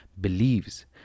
believes